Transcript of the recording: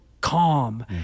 calm